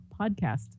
podcast